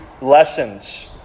lessons